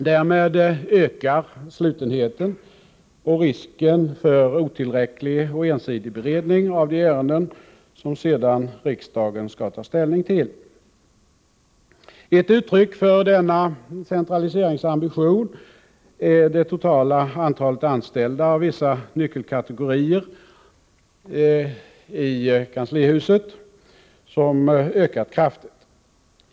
Därmed ökar slutenheten och risken för otillräcklig och ensidig beredning av de ärenden som riksdagen sedan skall ta ställning till. Ett uttryck för denna centraliseringsambition är att det totala antalet anställda på vissa nyckelposter i kanslihuset har ökat kraftigt.